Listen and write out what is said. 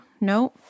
no